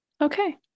okay